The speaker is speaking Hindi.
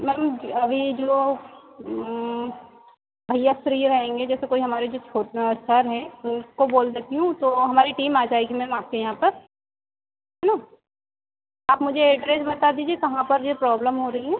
मैम अभी जो भैया फ़्री रहेंगे जैसे कोई हमारे जो सर हैं मैं उसको बोल देती हूँ तो हमारी टीम आ जाएगी मैम आपके यहाँ पर है ना आप मुझे एड्रेस बता दीजिए कहाँ पर यह प्रॉब्लम हो रही है